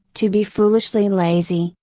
to be foolishly lazy,